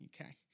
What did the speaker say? okay